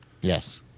Yes